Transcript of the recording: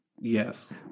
Yes